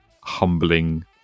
humbling